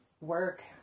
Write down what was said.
work